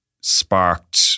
sparked